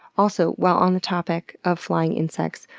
also, while on the topic of flying insects,